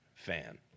fan